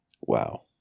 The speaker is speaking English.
Wow